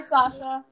Sasha